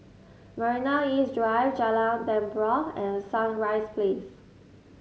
Marina East Drive Jalan Tempua and Sunrise Place